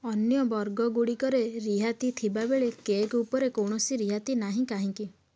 ଅନ୍ୟ ବର୍ଗ ଗୁଡ଼ିକରେ ରିହାତି ଥିବାବେଳେ କେକ୍ ଉପରେ କୌଣସି ରିହାତି ନାହିଁ କାହିଁକି